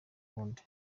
wundi